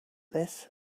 this